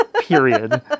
Period